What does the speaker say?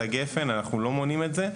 ולא מונעים את זה.